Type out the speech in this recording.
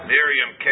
Miriam